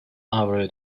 avroya